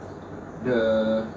the